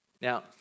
Now